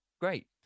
great